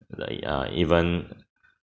the uh even